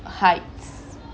heights